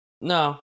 No